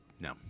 no